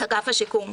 אגף השיקום.